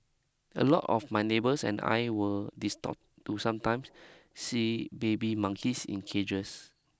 a lot of my neighbours and I were distort to sometimes see baby monkeys in cages